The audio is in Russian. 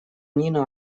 нина